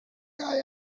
guy